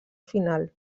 final